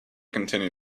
continue